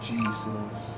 Jesus